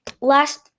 Last